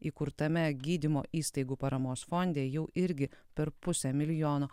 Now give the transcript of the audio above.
įkurtame gydymo įstaigų paramos fonde jau irgi per pusę milijono